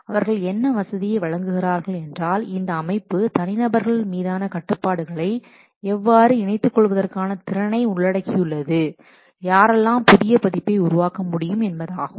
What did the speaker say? அவர்கள் என்ன வசதியை வழங்குகிறார்கள் என்றால் இந்த அமைப்பு தனிநபர்கள் மீதான கட்டுப்பாடுகளை எவ்வாறு இணைத்துக்கொள்வதற்கான திறனை உள்ளடக்கியுள்ளது யாரெல்லாம் புதிய பதிப்பை உருவாக்க முடியும் என்பதாகும்